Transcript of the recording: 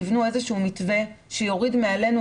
יבנו איזשהו מתווה שיוריד מעלינו,